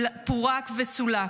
פורק וסולק.